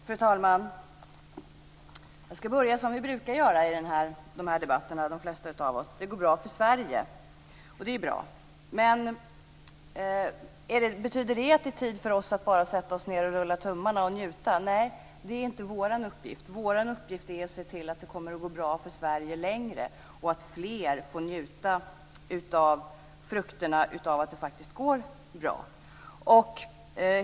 Fru talman! Jag ska börja som de flesta av oss brukar göra i de här debatterna; med att säga att det går bra för Sverige. Och det är ju bra. Men betyder det att det är tid för oss att bara sätta oss ned och rulla tummarna och njuta? Nej, det är inte vår uppgift. Vår uppgift är att se till att det kommer att gå bra för Sverige längre, och att fler får njuta frukterna av att det faktiskt går bra.